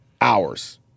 hours